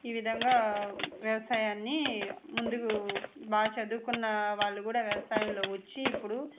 ఈ విధంగా వ్యవసాయాన్ని ముందుకు బాగా చదువుకున్న వాళ్ళు కూడా వ్యవసాయంలో వచ్చి ఇప్పుడు